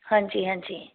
ਹਾਂਜੀ ਹਾਂਜੀ